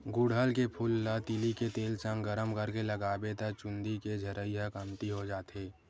गुड़हल के फूल ल तिली के तेल संग गरम करके लगाबे त चूंदी के झरई ह कमती हो जाथे